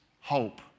hope